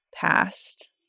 past